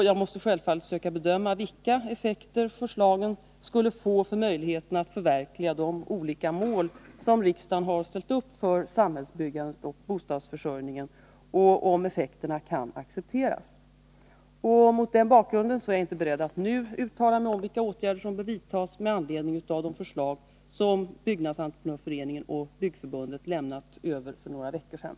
Jag måste självfallet söka bedöma vilka effekter förslagen skulle få för möjligheterna att förverkliga de olika mål som riksdagen har ställt upp för samhällsbyggandet och bostadsförsörjningen och om effekterna kan accepteras. att minska byggnadskostnaderna att minska byggnadskostnaderna Mot denna bakgrund är jag inte beredd att nu uttala mig om vilka åtgärder som bör vidtas med anledning av de förslag som Byggnadsentreprenörföreningen och Byggförbundet lämnade över för några veckor sedan.